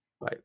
Bye